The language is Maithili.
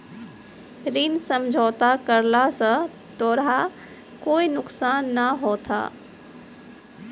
ऋण समझौता करला स तोराह कोय नुकसान नाय होथा